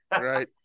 Right